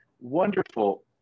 Wonderful